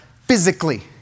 physically